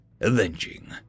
avenging